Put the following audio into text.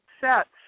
sets